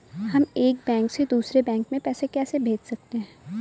हम एक बैंक से दूसरे बैंक में पैसे कैसे भेज सकते हैं?